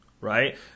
right